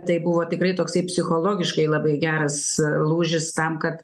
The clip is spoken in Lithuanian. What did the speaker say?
tai buvo tikrai toksai psichologiškai labai geras lūžis tam kad